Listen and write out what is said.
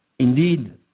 Indeed